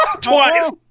Twice